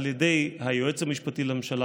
על ידי היועץ המשפטי לממשלה.